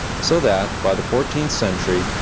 so that, by the fourteenth century,